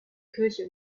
kirche